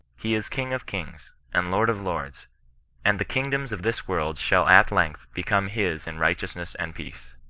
he is king of kings, and lord of lords and the kingdoms of this world shall at length become his in righteov ness and peace,